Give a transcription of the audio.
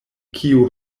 kiu